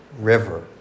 River